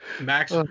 Max